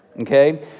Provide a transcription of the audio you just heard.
okay